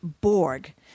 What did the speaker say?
Borg